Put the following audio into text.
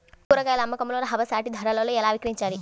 కూరగాయాల అమ్మకంలో లాభసాటి ధరలలో ఎలా విక్రయించాలి?